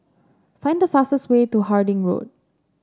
find the fastest way to Harding Road